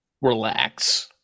Relax